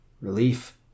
Relief